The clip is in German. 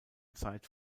zeit